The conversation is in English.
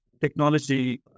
technology